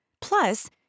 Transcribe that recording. Plus